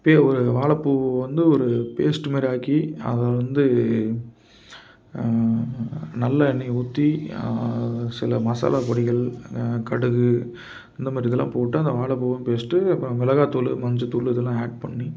இப்பவே வாழைப்பூவ வந்து ஒரு பேஸ்ட் மாதிரி ஆக்கி அதை வந்து நல்லெண்ணெய் ஊற்றி சில மசாலா பொடிகள் கடுகு இந்த மாதிரி இதெல்லாம் போட்டு அந்த வாழைப்பூவும் பேஸ்ட் அப்புறம் மிளகாத்தூள் மஞ்சத்தூள் இதெல்லாம் ஆட் பண்ணி